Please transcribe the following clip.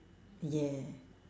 ya